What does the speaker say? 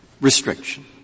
restriction